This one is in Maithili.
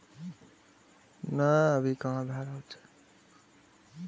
वजन कम करै, पचय मे आसान होइ के कारणें ज्वार आब फेरो लोकप्रिय भए गेल छै